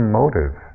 motive